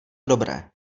dobré